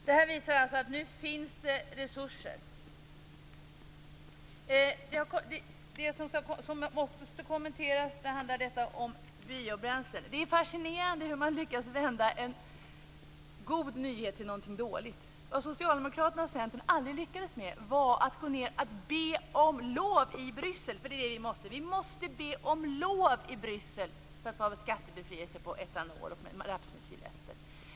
Det här visar alltså att nu finns det resurser. Jag måste också kommentera detta med biobränslen. Det är fascinerande hur man lyckas vända en god nyhet till någonting dåligt. Vad Socialdemokraterna och Centern aldrig lyckades med var att be om lov i Bryssel. Vi måste be om lov i Bryssel för att få skattebefrielse på etanol och rapsmetylester.